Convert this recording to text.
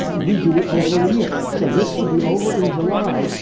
ah we do it over a year. so this will be over in july,